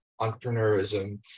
entrepreneurism